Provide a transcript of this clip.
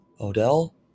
Odell